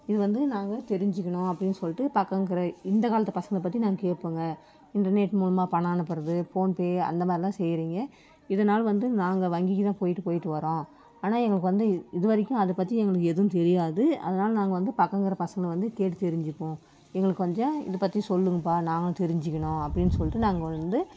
இது வந்து நாங்கள் தெரிஞ்சுக்கணும் அப்படின்னு சொல்லிட்டு பக்கம் இருக்கிற இந்த காலத்து பசங்கள பற்றி நாங்கள் கேட்போங்க இன்டர்நெட் மூலிமா பணம் அனுப்புகிறது ஃபோன் பே அந்த மாதிரிலாம் செய்கிறீங்க இதனால் வந்தும் நாங்கள் வங்கிக்குதான் போய்விட்டு போய்விட்டு வர்றோம் ஆனால் எங்களுக்கு வந்து இது வரைக்கும் அதைப் பற்றி எங்களுக்கு எதுவும் தெரியாது அதனால் நாங்கள் வந்து பக்கம் இருக்கிற பசங்களை வந்து கேட்டு தெரிஞ்சுப்போம் எங்களுக்கு கொஞ்சம் இதைப் பற்றி சொல்லுங்கப்பா நாங்களும் தெரிஞ்சுக்கணும் அப்படின்னு சொல்லிட்டு நாங்கள் வந்து